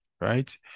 right